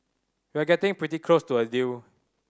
we're getting pretty close to a deal